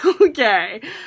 Okay